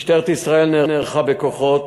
משטרת ישראל נערכה בכוחות,